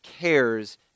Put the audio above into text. cares